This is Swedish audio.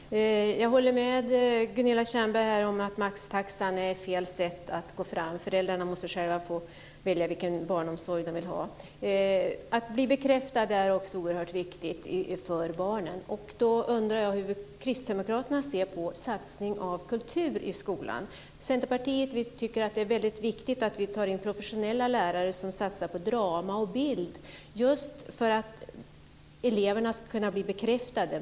Fru talman! Jag håller med Gunilla Tjernberg om att maxtaxan är fel sätt att gå fram. Föräldrarna måste själva få välja vilken barnomsorg de vill ha. Att bli bekräftad är också oerhört viktigt för barnen. Jag undrar hur Kristdemokraterna ser på satsning på kultur i skolan. Centerpartiet tycker att det är viktigt att vi tar in professionella lärare som satsar på drama och bild just för att eleverna ska kunna bli bekräftade.